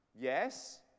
Yes